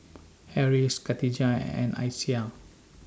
Harris Katijah and Aisyah